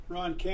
Ron